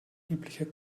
übliche